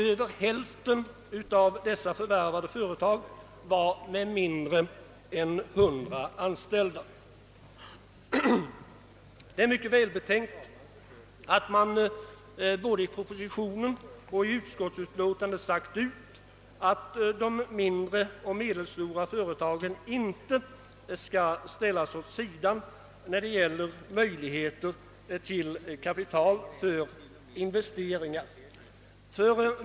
Över hälften av dessa förvärvade företag hade mindre än 100 anställda. Det är mycket välbetänkt att det i både propositionen och utskottsutlåtandet utsagts, att de mindre och medelstora företagen inte skall ställas åt sidan när det gäller möjligheter att erhålla kapital för investeringar.